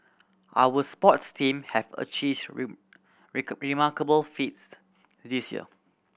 our sports team have achieved remarkable feats this year